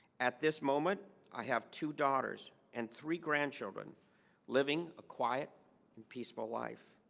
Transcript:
at this moment i have two daughters and three grandchildren living a quiet and peaceful life